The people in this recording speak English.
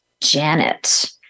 Janet